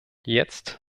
jetzt